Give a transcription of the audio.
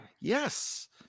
Yes